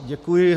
Děkuji.